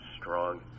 strong